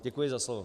Děkuji za slovo.